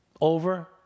over